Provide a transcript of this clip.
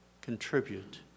contribute